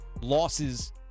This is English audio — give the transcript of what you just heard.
losses